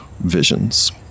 visions